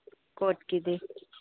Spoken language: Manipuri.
ꯀꯣꯠꯀꯤꯗꯤ